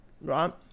right